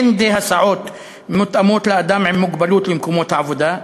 אין די הסעות מותאמות לאדם עם מוגבלות למקומות העבודה.